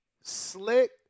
slick